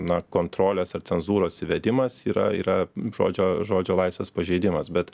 na kontrolės ir cenzūros įvedimas yra yra žodžio žodžio laisvės pažeidimas bet